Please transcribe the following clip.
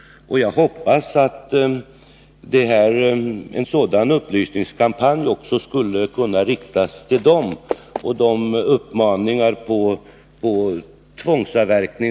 Jag hoppas att en sådan upplysningskampanj också skulle kunna riktas till dem, liksom uppmaningar om tvångsavverkning.